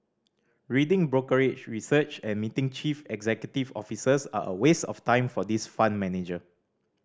reading brokerage research and meeting chief executive officers are a waste of time for this fund manager